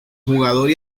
jugador